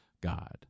God